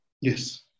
Yes